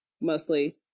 mostly